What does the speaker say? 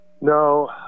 No